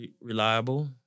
reliable